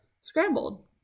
Scrambled